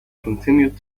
continued